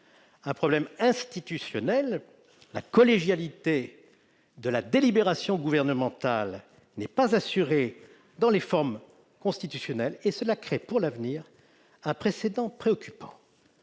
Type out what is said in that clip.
d'un problème institutionnel, la collégialité de la délibération gouvernementale n'étant pas assurée dans les formes constitutionnelles. Cela crée pour l'avenir un précédent préoccupant.